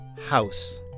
house